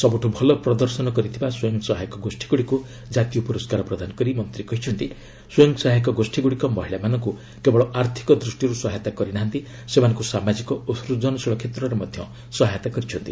ସବ୍ରଠ ଭଲ ପ୍ରଦର୍ଶନ କରିଥିବା ସ୍ୱୟଂ ସହାୟକ ଗୋଷୀଗ୍ରଡ଼ିକ୍ ଜାତୀୟ ପ୍ରରସ୍କାର ପ୍ରଦାନ କରି ମନ୍ତ୍ରୀ କହିଛନ୍ତି ସ୍ୱୟଂ ସହାୟକ ଗୋଷ୍ଠୀଗ୍ରଡ଼ିକ ମହିଳାମାନଙ୍କୁ କେବଳ ଆର୍ଥିକ ଦୃଷ୍ଟିରୁ ସହାୟତା କରି ନାହାନ୍ତି ସେମାନଙ୍କୁ ସାମାଜିକ ଓ ସ୍ଥଜନଶୀଳ କ୍ଷେତ୍ରରେ ମଧ୍ୟ ସହାୟତା କରିଛନ୍ତି